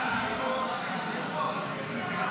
שלי טל מירון וירון לוי,